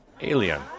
Alien